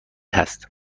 هست